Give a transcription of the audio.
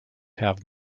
have